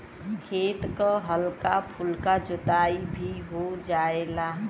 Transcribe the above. खेत क हल्का फुल्का जोताई भी हो जायेला